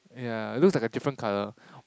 yeah looks like a different colour